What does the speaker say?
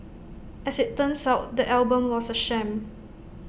as IT turns out the album was A sham